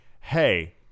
hey